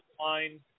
line